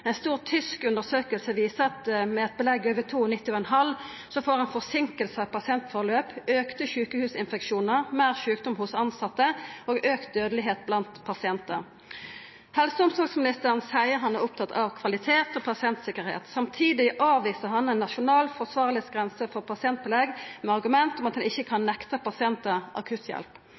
stor tysk undersøking viser at med eit belegg på over 92,5 pst. får ein forseinkingar i pasientløp, auka sjukehusinfeksjonar, meir sjukdom hos tilsette og auka dødelegheit blant pasientar. Helse- og omsorgsministeren seier han er opptatt av kvalitet og pasientsikkerheit. Samtidig avviser han ei nasjonal forsvarlegheitsgrense for pasientbelegg med argument om at ein ikkje kan nekta pasientar akutthjelp.